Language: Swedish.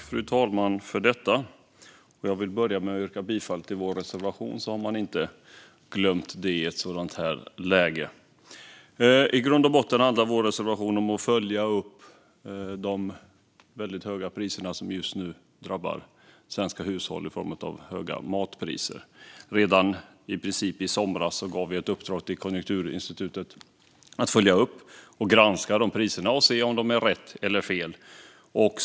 Fru talman! Jag vill börja med att yrka bifall till vår reservation 5, så har jag inte glömt det i ett sådant här läge. I grund och botten handlar vår reservation om att följa upp de väldigt höga matpriserna som just nu drabbar svenska hushåll. Redan i somras gav vi ett uppdrag till Konjunkturinstitutet att följa upp och granska priserna och se om de är rätt eller fel.